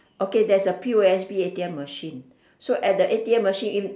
okay there's a P_O_S_B A_T_M machine so at the A_T_M machine if